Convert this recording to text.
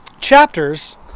chapters